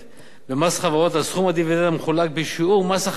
במס חברות על סכום הדיבידנד המחולק בשיעור מס החברות